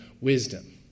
wisdom